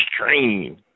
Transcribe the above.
Extreme